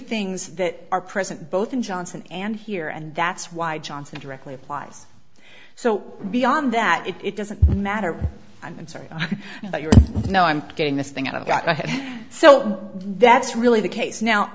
things that are present both in johnson and here and that's why johnson directly applies so beyond that if it doesn't matter i'm sorry but you know i'm getting this thing i've got my head so that's really the case now